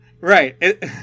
Right